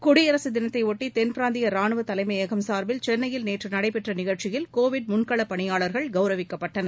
குடியரசுத் தினத்தையொட்டி தென் பிராந்திய ரானுவ தலைமையகம் சார்பில் சென்னையில் நேற்று நடைபெற்ற நிகழ்ச்சியில் கோவிட் முன்களப் பணியாளர்கள் கவுரவிக்கப்பட்டனர்